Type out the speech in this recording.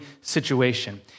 situation